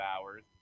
hours